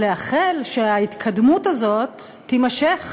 ולאחל שההתקדמות הזאת תימשך